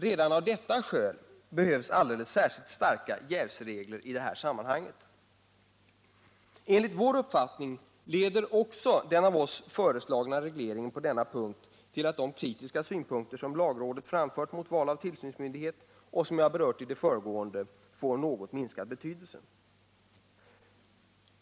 Redan av detta skäl behövs alldeles särskilt starka jävsregler i det här sammanhanget. Enligt vår uppfattning leder också den av oss föreslagna regleringen på denna punkt till att de kritiska synpunkter som lagrådet framfört mot val av tillsynsmyndighet och som jag berört i det föregående får något minskad betydelse.